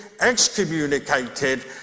excommunicated